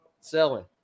Selling